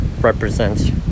represents